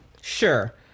Sure